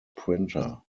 printer